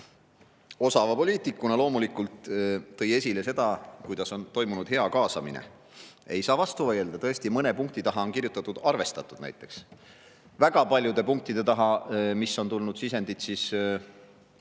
osava poliitikuna loomulikult tõi esile seda, kuidas on toimunud hea kaasamine. Ei saa vastu vaielda, tõesti, mõne punkti taha on kirjutatud "Arvestatud". Väga paljude punktide taha – kui sisendid on